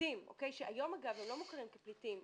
פליטים שהיום אגב הם לא מוכרים כפליטים,